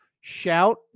Shout